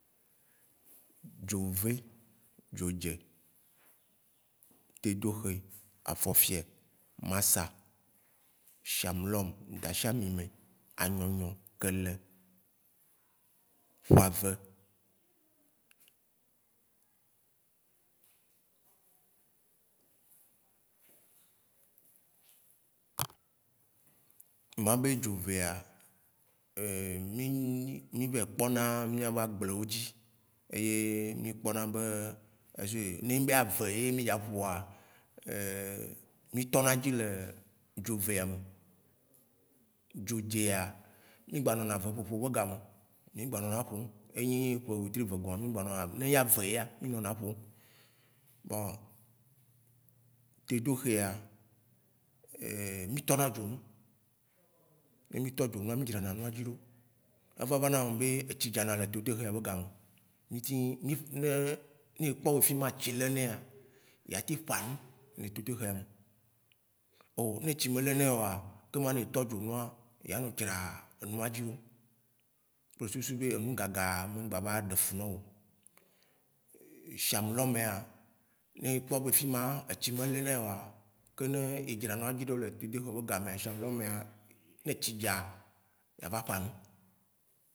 Dzo ve, dzo dze, tedohe, fɔfiɛ, masa, shamlɔm, dashiamime, anyɔnyɔ, kele, ƒave. Ma be dzo ve ya mí nyi mí vɛ kpɔna mía be agble wo dzi. Eye mí kpɔna be est- ce ne enyi be ave ye mí dza ƒoa, mí tɔ na edzi le dzo vea me. Dzo dzea, mí gba nɔna ve ƒoƒo me, mí gba nɔ na e ƒom, enyi eve wetri vegɔa me. Ne enyi avea, mí nɔna me. Bon, tedohe ya, mí tɔ na dzo nu, ye tɔ dzo nua mí dzra na enua dzi ɖo. Eva va na eme be etsi dza na le tedohea be game. Ne e kpɔ wo wa fima tsi le nɛa ya teŋ ƒa nu le tetohea me. O ne etsi me lenɛa, ke ma ne etɔ dzo nua ya nɔ dzira enua dzi ɖo kple susu be enu gaga ŋga ɖefu nɔ wo. Shamlɔmea, ne ekpɔ be fima, etsi me le ne ma, ke ne adzra nua dzi ɖo le tetehɔme be gamea, shamlɔm ma, ne etsi dza ya va ƒa nu.